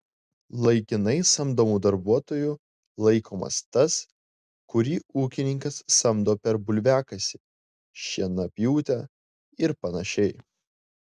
laikinai samdomu darbuotoju laikomas tas kurį ūkininkas samdo per bulviakasį šienapjūtę ir panašiai